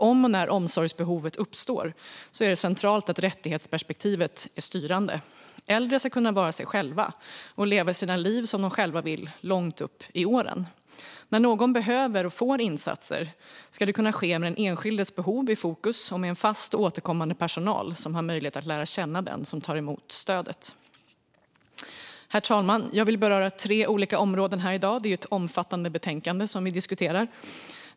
Om och när omsorgsbehovet uppstår är det centralt att rättighetsperspektivet är styrande. Äldre ska kunna vara sig själva och leva sina liv som de själva vill långt upp i åren. När någon behöver och får insatser ska det kunna ske med den enskildes behov i fokus och med fast återkommande personal som har möjlighet att lära känna den som tar emot stödet. Herr talman! Jag vill beröra tre områden i dag. Det är ett omfattande betänkande vi diskuterar.